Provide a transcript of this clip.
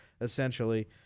essentially